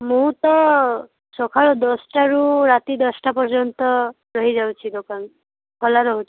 ମୁଁ ତ ସକାଳ ଦଶଟାରୁ ରାତି ଦଶଟା ପର୍ଯ୍ୟନ୍ତ ରହିଯାଉଛି ଦୋକାନ ଖୋଲା ରହୁଛି